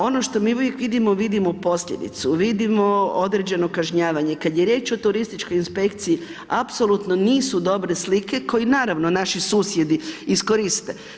Ono što mi još uvijek vidimo, vidimo posljedicu, vidimo određeno kažnjavanje, kada je riječ o turističkoj inspekciji, apsolutno nisu dobre slike, koji naravno naši susjedi iskoriste.